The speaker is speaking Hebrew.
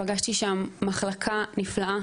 פגשתי שם מחלקה נפלאה,